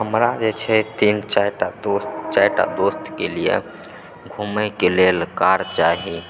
हमरा जे छै तीन चारिटा दोस्त चारिटा दोस्त गेल यऽ घूमयके लेल कार चाही